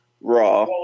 Raw